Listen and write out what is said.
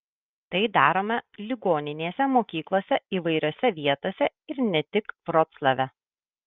tai darome ligoninėse mokyklose įvairiose vietose ir ne tik vroclave